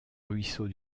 ruisseau